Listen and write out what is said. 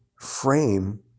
frame